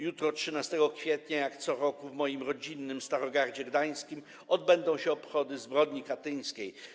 Jutro, 13 kwietnia, jak co roku w moim rodzinnym Starogardzie Gdańskim odbędą się obchody rocznicy zbrodni katyńskiej.